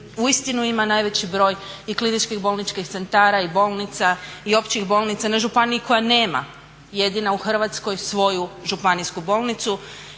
uistinu ima najveći broj i kliničkih bolničkih centara i bolnica i općih bolnica na županiji koja nema jedina u Hrvatskoj svoju županijsku bolnicu